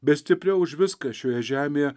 bet stipriau už viską šioje žemėje